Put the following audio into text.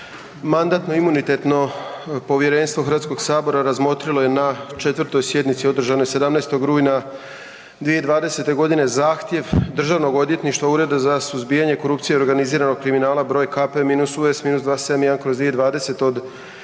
Mandatno-imunitetno povjerenstvo HS-a razmotrilo je na 4. sjednici održanoj 17. rujna 2020. g. zahtjev Državnog odvjetništva, Ureda za suzbijanje korupcije i organiziranog kriminaliteta br. Kp-Us-271/2020